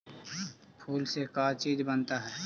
फूल से का चीज बनता है?